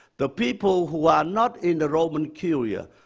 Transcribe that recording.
the people who were not in the roman curia,